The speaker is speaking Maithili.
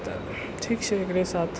तऽ ठीक छै एकरे साथ